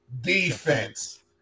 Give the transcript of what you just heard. Defense